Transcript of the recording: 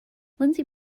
lindsey